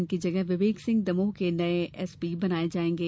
उनकी जगह विवेक सिंह दमोह के नये एसपी बनाये जायेंगे